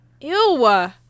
Ew